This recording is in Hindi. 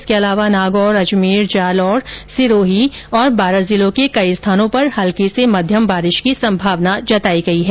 इसके अलावा नागौर अजमेर जालौर सिरोही और बांरा जिलों के कई स्थानों पर हल्की से मध्यम बारिश की संभावना जताई है